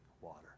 water